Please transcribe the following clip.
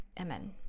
Amen